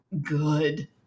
good